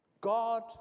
God